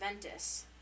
Ventus